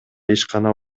ишкана